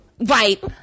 Right